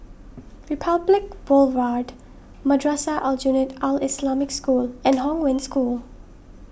Republic Boulevard Madrasah Aljunied Al Islamic School and Hong Wen School